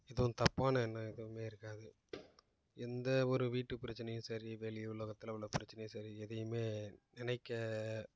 எதுவும் தப்பான எண்ணம் எதுவும் இருக்காது எந்த ஒரு வீட்டு பிரச்சனையும் சரி வெளி உலகத்தில் உள்ள பிரச்சனையும் சரி எதையும் நினைக்க